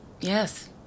yes